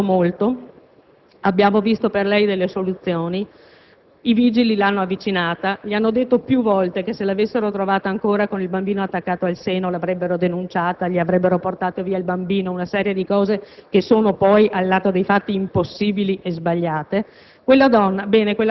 ne abbiamo parlato molto, abbiamo visto per lei delle soluzioni; i vigili l'hanno avvicinata, le hanno detto più volte che se l'avessero trovata ancora con il bambino attaccato al seno l'avrebbero denunciata, le avrebbero portato via il bambino; insomma, tutta una serie di cose che, all'atto pratico, sono impossibili e sbagliate.